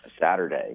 Saturday